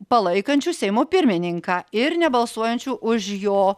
palaikančių seimo pirmininką ir nebalsuojančių už jo